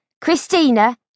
Christina